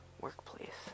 workplace